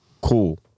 Cool